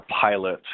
pilot